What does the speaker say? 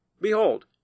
Behold